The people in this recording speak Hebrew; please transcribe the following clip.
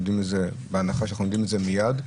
בהנחה שיודעים את זה מיד,